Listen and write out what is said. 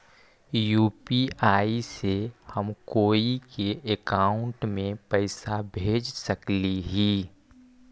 UPI से हम कोई के अकाउंट में पैसा भेज सकली ही?